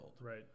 right